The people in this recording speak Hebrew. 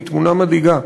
היא תמונה מדאיגה.